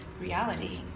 reality